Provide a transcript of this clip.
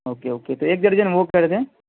okay okay تو ایک درجن وہ کر دیں